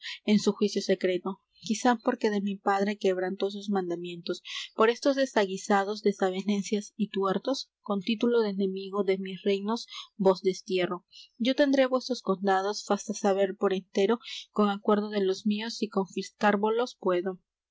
en su juicio secreto quizá porque de mi padre quebrantó sus mandamientos por estos desaguisados desavenencias y tuertos con título de enemigo de mis reinos vos destierro yo tendré vuesos condados fasta saber por entero con acuerdo de los míos si confiscárvolos puedo